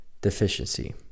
deficiency